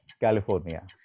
California